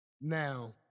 Now